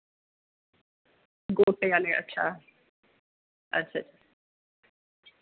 गोटे आह्ले अच्छा अच्छा अच्छा